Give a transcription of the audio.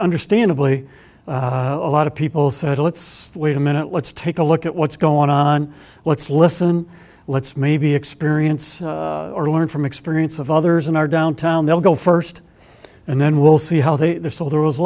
understandably a lot of people said let's wait a minute let's take a look at what's going on let's listen let's maybe experience or learn from experience of others in our downtown they'll go first and then we'll see how they are so there was a